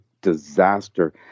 disaster